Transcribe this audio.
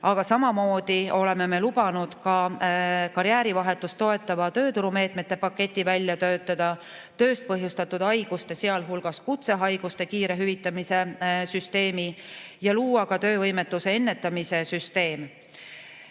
Aga samamoodi oleme lubanud välja töötada karjäärivahetust toetava tööturumeetmete paketi ja tööst põhjustatud haiguste, sealhulgas kutsehaiguste kiire hüvitamise süsteemi ning luua ka töövõimetuse ennetamise süsteemi.